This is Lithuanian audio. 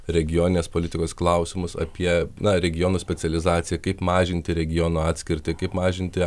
regioninės politikos klausimus apie na regionų specializaciją kaip mažinti regionų atskirtį kaip mažinti